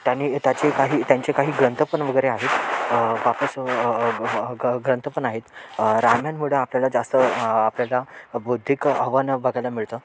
त्याने त्याचे काही त्यांचे काही ग्रंथ पण वगैरे आहेत वापस ग ग्रंथ पण आहेत रामायणामुळं आपल्याला जास्त आपल्याला बौद्धिक आव्हानं बघायला मिळतं